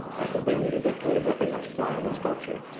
as the winged victory represents flying in sculpture,